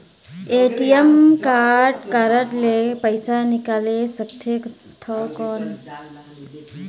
ATM card ले पइसा निकाल सकथे थव कौन?